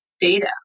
data